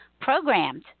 programmed